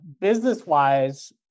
business-wise